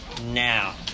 now